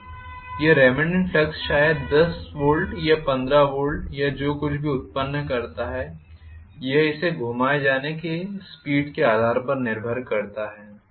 तो यह remanent flux शायद 10 वोल्ट या 15 वोल्ट या जो कुछ भी उत्पन्न करता है यह इसे घुमाए जाने के स्पीड के आधार पर निर्भर करता है